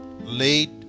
late